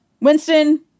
Winston